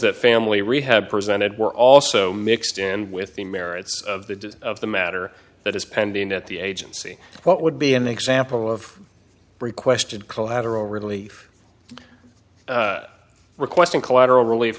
that family rehab presented were also mixed in with the merits of the of the matter that is pending at the agency what would be an example of requested collateral relief requesting collateral relief